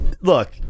look